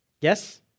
Yes